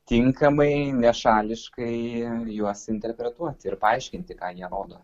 tinkamai nešališkai juos interpretuoti ir paaiškinti ką jie rodo